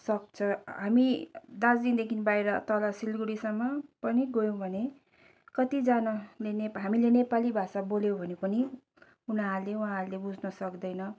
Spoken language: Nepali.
सक्छ हामी दार्जिलिङदेखि बाहिर तल सिलगढीसम्म पनि गयौँ भने कतिजनाले नेपा हामीले नेपाली भाषा बोल्यौँ भने पनि उनीहरूले उहाँहरूले बुझ्न सक्दैन